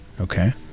Okay